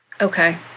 Okay